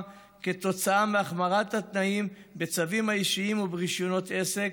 כתוצאה מהחמרת התנאים בצווים האישיים וברישיונות עסק,